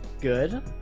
good